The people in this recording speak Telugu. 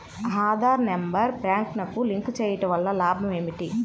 ఆధార్ నెంబర్ బ్యాంక్నకు లింక్ చేయుటవల్ల లాభం ఏమిటి?